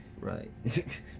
Right